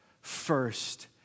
first